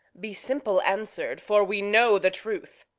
be simple-answer'd, for we know the truth.